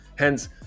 Hence